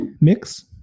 mix